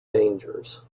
dangers